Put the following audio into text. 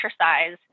exercise